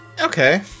Okay